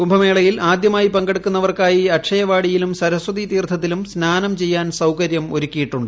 കുംഭമേളയിൽ ആദ്യമായി പങ്കെടുക്കുന്നവർക്കായി അക്ഷയവാടിയിലും സരസ്ഥതി തീർത്ഥത്തിലും സ്നാനം ചെയ്യാൻ സൌകര്യം ഒരുക്കിയിട്ടുണ്ട്